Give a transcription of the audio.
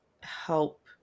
help